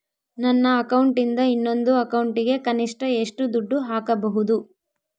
ನನ್ನ ಅಕೌಂಟಿಂದ ಇನ್ನೊಂದು ಅಕೌಂಟಿಗೆ ಕನಿಷ್ಟ ಎಷ್ಟು ದುಡ್ಡು ಹಾಕಬಹುದು?